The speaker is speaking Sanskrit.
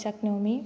शक्नोमि